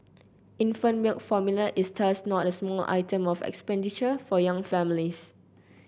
infant milk formula is thus not a small item of expenditure for young families